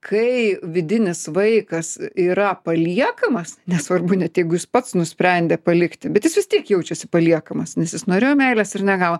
kai vidinis vaikas yra paliekamas nesvarbu net jeigu jis pats nusprendė palikti bet jis vis tiek jaučiasi paliekamas nes jis norėjo meilės ir negavo